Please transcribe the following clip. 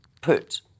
put